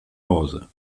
hause